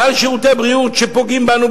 מעל שירותי הבריאות שפוגעים בנו,